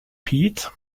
pete